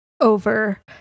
over